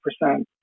percent